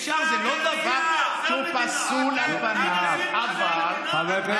בכל ליבי אני מגן על צה"ל.